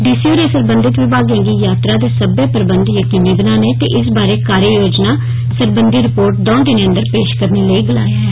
D C होरें सरबंघत विमागें गी यात्रा दे सब्नै प्रबंघ यकीनी बनाने ते इस बारै कार्ययोजना सरबंधी रिपोर्ट दौं दिनें अंदर पेश करने लेई गलाया ऐ